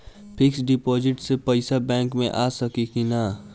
Fix deposit से पैसा bank मे आ सकी कि ना?